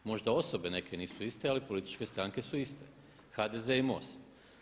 Možda osobe neke nisu iste ali političke stranke su iste, HDZ i MOST.